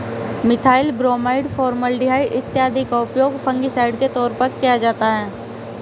methyl bromide, formaldehyde इत्यादि का उपयोग फंगिसाइड के तौर पर किया जाता है